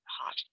hot